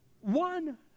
one